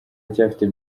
aracyafite